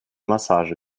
massage